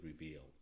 revealed